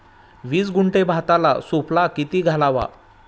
वीस गुंठे भाताला सुफला किती घालावा?